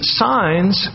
signs